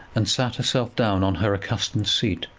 and sat herself down on her accustomed seat.